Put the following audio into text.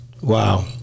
Wow